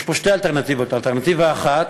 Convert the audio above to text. יש פה שתי אלטרנטיבות: אלטרנטיבה אחת,